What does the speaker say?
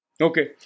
Okay